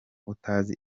utazi